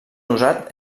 usat